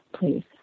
please